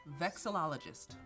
Vexillologist